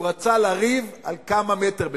הוא רצה לריב על כמה מטר בסיני.